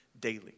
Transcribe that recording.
daily